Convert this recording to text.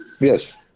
Yes